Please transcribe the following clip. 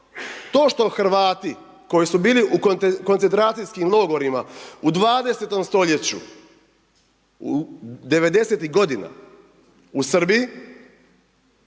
to što Hrvati koji su bili u koncentracijskim logorima u 20. stoljeću u '90.-tih godina u Srbiji,